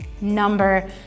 number